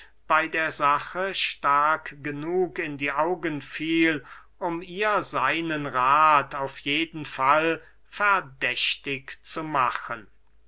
bey der sache stark genug in die augen fiel um ihr seinen rath auf jeden fall verdächtig zu machen